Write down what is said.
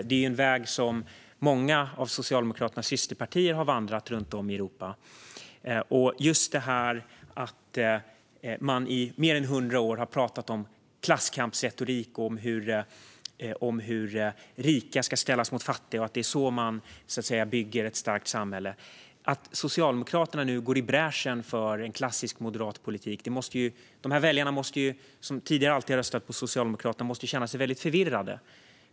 Det är en väg som många av Socialdemokraternas systerpartier har vandrat runt om i Europa. I mer än 100 år har man pratat om klasskamp, hur rika ska ställas mot fattiga och att det är så man bygger ett starkt samhälle. Att Socialdemokraterna nu går i bräschen för en klassisk moderat politik måste göra att de väljare som tidigare alltid har röstat på Socialdemokraterna känner sig väldigt förvirrade.